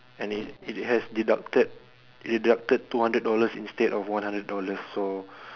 and it it has deducted deducted two hundred dollars instead of one hundred dollars so